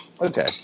Okay